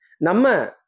Nama